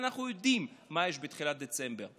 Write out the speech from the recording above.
ואנחנו יודעים מה יש בתחילת דצמבר.